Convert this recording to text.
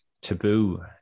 taboo